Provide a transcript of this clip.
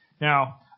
Now